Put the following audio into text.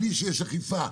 בלי שיש אכיפה,